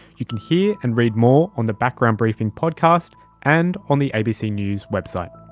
you can hear and read more on the background briefing podcast and on the abc news website.